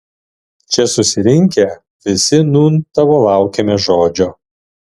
čia susirinkę visi nūn tavo laukiame žodžio